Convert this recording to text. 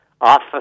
off